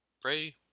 Pray